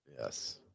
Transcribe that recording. Yes